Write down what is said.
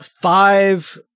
five